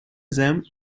them